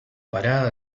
parada